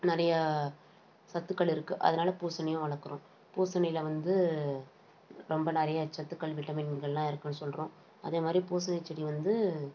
நிறையா சத்துக்கள் இருக்குது அதனால் பூசணியும் வளர்க்குறோம் பூசணியில் வந்து ரொம்ப நிறைய சத்துக்கள் விட்டமின்கள்லாம் இருக்குதுன் சொல்கிறோம் அதே மாதிரி பூசணி செடி வந்து